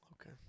Okay